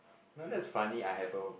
now that's funny I have a